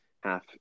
half